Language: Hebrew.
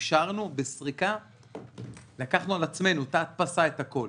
אפשרנו בסריקה ולקחנו על עצמנו את ההדפסה ואת הכל.